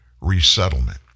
resettlement